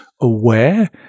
aware